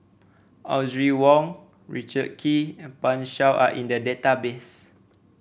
Audrey Wong Richard Kee and Pan Shou are in the database